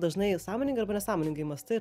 dažnai sąmoningai arba nesąmoningai mąstai